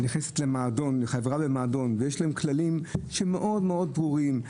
שנכנסת למועדון ויש להם כללים ברורים מאוד.